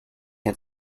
had